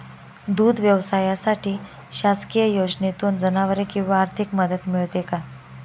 दूध व्यवसायासाठी शासकीय योजनेतून जनावरे किंवा आर्थिक मदत मिळते का?